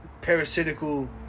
parasitical